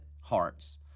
hearts